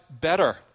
better